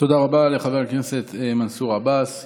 תודה רבה לחבר הכנסת מנסור עבאס.